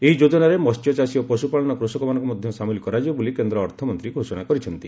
ଏହି ଯୋଜନାରେ ମସ୍ୟଚାଷୀ ଓ ପଶୁପାଳନ କୃଷକମାନଙ୍କୁ ମଧ୍ୟ ସାମିଲ କରାଯିବ ବୋଲି କେନ୍ଦ୍ର ଅର୍ଥମନ୍ତ୍ରୀ ଘୋଷଣା କରିଛନ୍ତି